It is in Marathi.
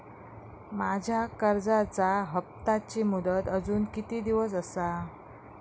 माझ्या कर्जाचा हप्ताची मुदत अजून किती दिवस असा?